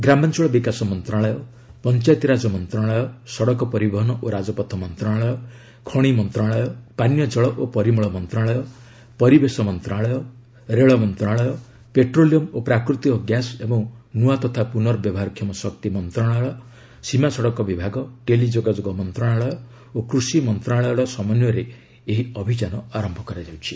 ଗ୍ରାମାଞ୍ଚଳ ବିକାଶ ମନ୍ତ୍ରଣାଳୟ ପଞ୍ଚାୟତିରାଜ ମନ୍ତ୍ରଣାଳୟ ସଡ଼କ ପରିବହନ ଓ ରାଜପଥ ମନ୍ତ୍ରଣାଳୟ ଖଣି ମନ୍ତ୍ରଣାଳୟ ପାନୀୟଜଳ ଓ ପରିମଳ ମନ୍ତ୍ରଣାଳୟ ପରିବେଶ ମନ୍ତ୍ରଣାଳୟ ରେଳ ମନ୍ତ୍ରଣାଳୟ ପେଟ୍ରୋଲିୟମ ଓ ପ୍ରାକୃତିକ ଗ୍ୟାସ୍ ଏବଂ ନୁଆ ତଥା ପୁର୍ନବ୍ୟବହାରକ୍ଷମ ଶକ୍ତି ମନ୍ତ୍ରଣାଳୟ ସୀମା ସଡ଼କ ବିଭାଗ ଟେଲିଯୋଗାଯୋଗ ମନ୍ତ୍ରଣାଳୟ ଓ କୃଷି ମନ୍ତ୍ରଣାଳୟର ସମନ୍ୟରେ ଏହି ଅଭିଯାନ ଆରମ୍ଭ କରାଯାଉଛି